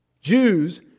Jews